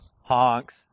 honks